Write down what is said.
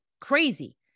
crazy